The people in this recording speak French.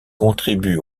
contribue